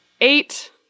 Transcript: Eight